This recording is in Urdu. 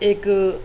ایک